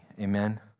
amen